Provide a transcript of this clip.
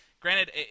granted